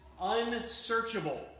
unsearchable